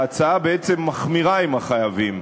ההצעה בעצם מחמירה עם החייבים.